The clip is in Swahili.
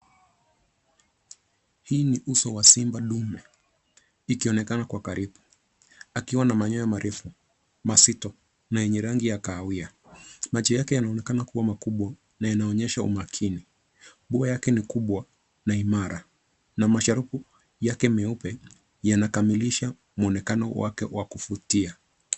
Hii ni uso wa simba dume ikionekana kwa karibu, akiwa na manyoya marefu mazito na yenye rangi ya kahawia. Macho yake yanaonekana kuwa makubwa ya yanaonyesha umakini. Pua yake ni kubwa na imara, na masharubu yake meupe yanakamilisha mwonekano wake wa kuvutia.